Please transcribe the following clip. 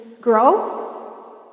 grow